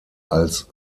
als